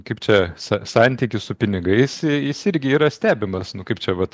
kaip čia santykis su pinigais jis irgi yra stebimas nu kaip čia vat